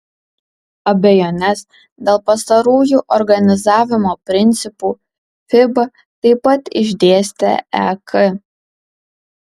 abejones dėl pastarųjų organizavimo principų fiba taip pat išdėstė ek